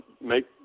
make